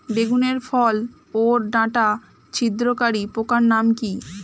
বেগুনের ফল ওর ডাটা ছিদ্রকারী পোকার নাম কি?